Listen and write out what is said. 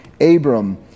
Abram